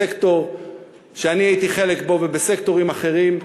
בסקטור שאני הייתי חלק ממנו ובסקטורים אחרים,